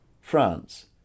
France